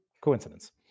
coincidence